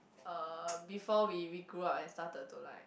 uh before we we grew up and started to like